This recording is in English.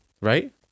Right